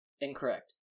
Incorrect